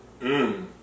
Mmm